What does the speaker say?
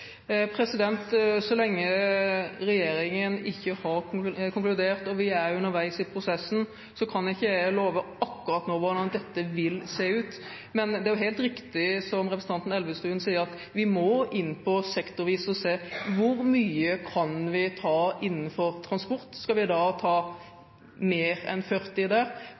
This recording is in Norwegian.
Så lenge regjeringen ikke har konkludert, og vi er underveis i prosessen, kan jeg ikke akkurat nå love hvordan dette vil se ut. Men det er jo helt riktig, som representanten Elvestuen sier, at vi må inn sektorvis og se hvor mye vi kan ta innenfor f.eks. transport – skal vi ta mer enn 40 pst. der